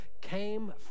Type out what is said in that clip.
came